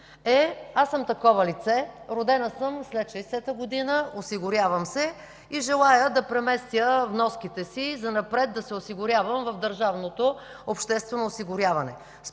Е, аз съм такова лице – родена съм след 1960 г., осигурявам се и желая да преместя вноските си и занапред да се осигурявам в държавното обществено осигуряване.